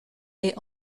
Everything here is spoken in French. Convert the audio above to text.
est